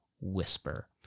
whisper